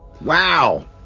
Wow